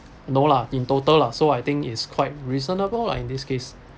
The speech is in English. no lah in total lah so I think it's quite reasonable lah in this case